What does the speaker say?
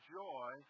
joy